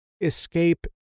escape